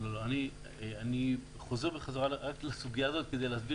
אני חוזר חזרה לסוגיה הזאת כדי להסביר